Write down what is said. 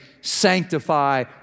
sanctify